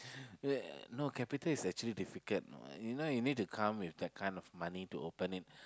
uh no capital is actually difficult you know you need to come with that kind of money to open it